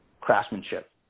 craftsmanship